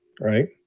Right